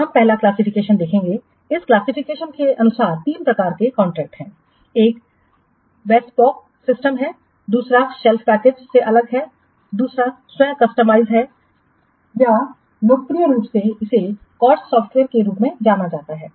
हम पहला क्लासिफिकेशन देखेंगे इस क्लासिफिकेशन के अनुसार तीन प्रकार के कॉन्ट्रैक्ट हैं एक bespoke सिस्टम है दूसरा शेल्फ़ पैकेज से अलग है दूसरा स्वयं कस्टमाइज है या लोकप्रिय रूप से इसे COTS सॉफ़्टवेयर के रूप में जाना जाता है